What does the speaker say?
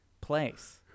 place